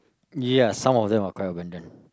ya some of them are quite abandonned